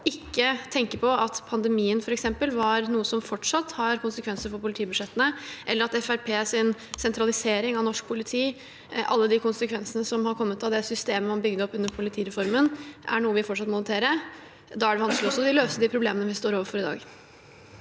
ikke tenker på at f.eks. pandemien er noe som fortsatt har konsekvenser for politibudsjettene, eller at Fremskrittspartiets sentralisering av norsk politi, med alle de konsekvensene som har kommet av det systemet man bygde opp under politireformen, er noe vi fortsatt må håndtere, og at det da er vanskelig også å løse de problemene vi står overfor i dag.